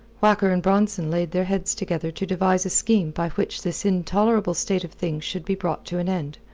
whacker and bronson laid their heads together to devise a scheme by which this intolerable state of things should be brought to an end.